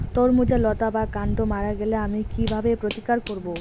তরমুজের লতা বা কান্ড মারা গেলে আমি কীভাবে প্রতিকার করব?